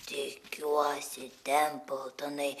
tikiuosi templtonai